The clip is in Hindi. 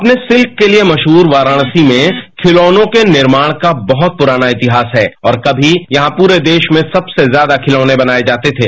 अपने सिल्क के लिए मशहूर वाराणसी में खिलौनों के निर्माण का बहुत पुराना इतिहास है और कभी यहां पूरे देश में सबसे ज्यादा खिलौने बनाए जाते थे